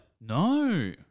No